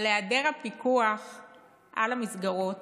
אבל היעדר הפיקוח על המסגרות